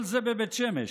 כל זה בבית שמש.